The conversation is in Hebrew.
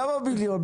למה מיליון?